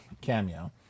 cameo